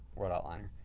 word outliner.